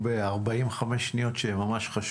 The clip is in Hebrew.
אני אומר